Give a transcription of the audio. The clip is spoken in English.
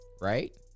right